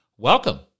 Welcome